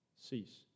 cease